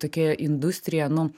tokia industrija nu